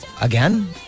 again